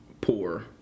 poor